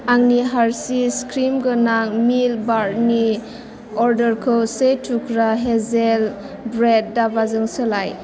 आंनि हारशिस क्रिमगोनां मिल्क बारनि अर्डारखौ से थुख्रा हेजेल ब्रेद दाबाजों सोलाय